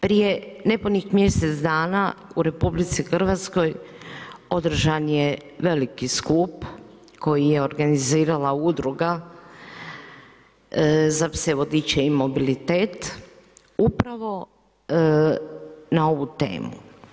Prije nepunih mjesec dana u RH održan je veliki skup koji je organizirala Udruga za pse vodiče i mobilitet upravo na ovu temu.